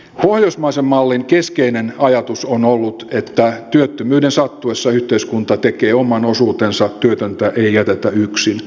pohjoismaisen mallin keskeinen ajatus on ollut että työttömyyden sattuessa yhteiskunta tekee oman osuutensa työtöntä ei jätetä yksin